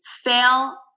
fail